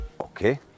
Okay